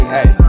Hey